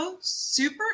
super